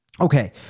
Okay